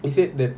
he said that